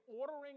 ordering